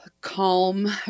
calm